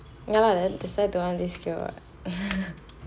ya lah that's why don't want this skill what